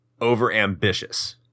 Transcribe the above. overambitious